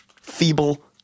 Feeble